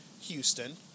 Houston